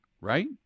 right